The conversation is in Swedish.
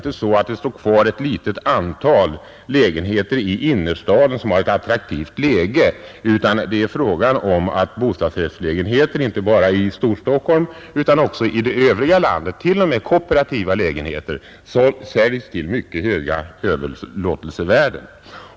Det står inte kvar ett litet antal lägenheter i innerstaden som har ett attraktivt läge, utan det är fråga om att bostadsrättslägenheter inte bara i Storstockholm utan också i det övriga landet — t.o.m. kooperativa lägenheter — säljs till mycket höga överlåtelsevärden.